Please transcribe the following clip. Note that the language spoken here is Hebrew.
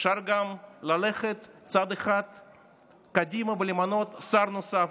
אפשר גם ללכת צעד אחד קדימה ולמנות שר נוסף.